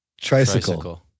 Tricycle